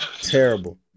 Terrible